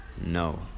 No